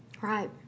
Right